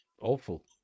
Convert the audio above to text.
Awful